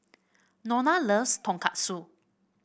Nona loves Tonkatsu